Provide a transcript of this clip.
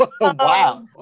Wow